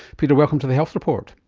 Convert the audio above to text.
peter, welcome to the health report.